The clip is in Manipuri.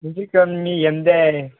ꯍꯧꯖꯤꯛ ꯀꯥꯟ ꯃꯤ ꯌꯥꯝꯗꯦ